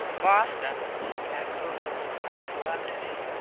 boston, said vancouver with some solemnity.